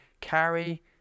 carry